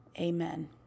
amen